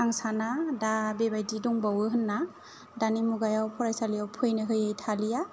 आं साना दा बेबायदि दंबावो होनना दानि मुगायाव फरायसालियाव फैनो होयि थालिया